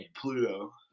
Pluto